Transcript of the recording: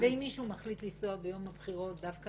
ואם מישהו מחליט לנסוע ביום הבחירות דווקא